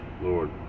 Lord